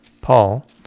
Paul